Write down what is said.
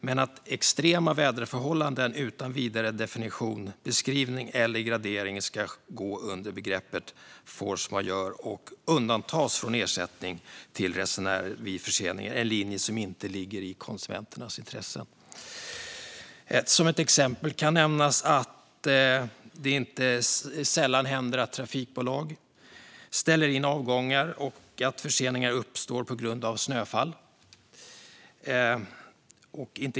Men att extrema väderförhållanden utan vidare definition, beskrivning eller gradering ska gå under begreppet force majeure och undantas från rätten till ersättning för resenärer vid förseningar är en linje som inte ligger i konsumenternas intressen. Som ett exempel kan nämnas att det inte sällan händer att trafikbolag ställer in avgångar och att förseningar uppstår på grund av snöfall.